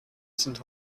sind